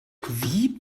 wie